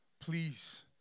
please